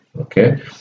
Okay